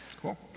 Cool